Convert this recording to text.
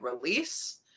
release